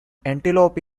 antelope